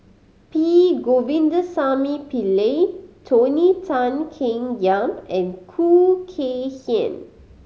P Govindasamy Pillai Tony Tan Keng Yam and Khoo Kay Hian